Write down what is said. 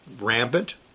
rampant